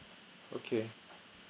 okay